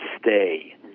stay